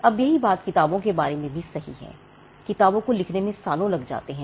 अब यही बात किताबों के बारे में भी सही है किताबों को लिखने में सालों लग सकते हैं